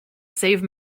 save